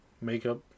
makeup